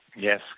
Yes